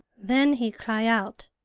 then he cry out,